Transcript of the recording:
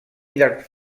llarg